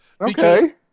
Okay